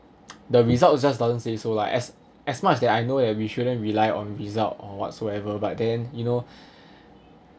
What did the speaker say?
the results just doesn't say so lah as as much that I know that we shouldn't rely on result or whatsoever but then you know